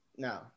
No